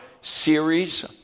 series